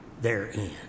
therein